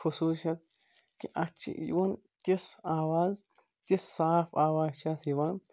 خصوٗصِیت کہِ اَتھ چھِ یِوان تِژھ آواز تِژھ صاف آواز چھِ اَتھ یِوان